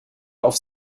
auf